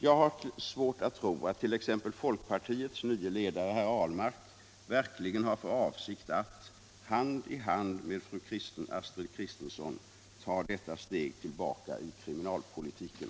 Jag har t.ex. svårt att tro att folkpartiets nye ledare herr Ahlmark verkligen har för avsikt att — hand i hand med fru Astrid Kristensson —- ta detta steg tillbaka i kriminalpolitiken.